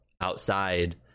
outside